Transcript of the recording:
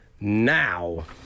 Now